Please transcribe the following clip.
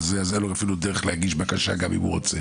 אז אין לו אפילו דרך להגיש בקשה גם אם הוא רוצה.